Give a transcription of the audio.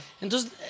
entonces